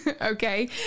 okay